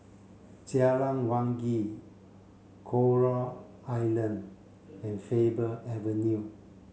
Jalan Wangi Coral Island and Faber Avenue